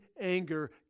anger